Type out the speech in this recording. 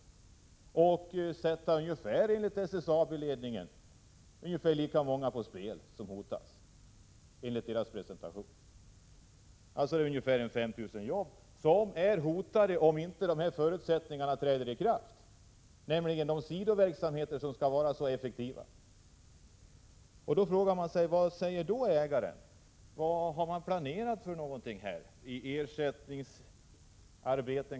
Enligt SSAB-ledningens = Prot. 1986/87:70 presentation är det ungefär lika många som hotas, dvs. det är ungefär 5 000 — 12 februari 1987 jobb som hotas, om inte dessa förutsättningar uppfylls, nämligen de sidoverksamheter som skall vara så effektiva. Då frågar man sig: Vad säger ägaren? Vilka ersättningsarbeten har man planerat?